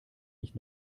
nicht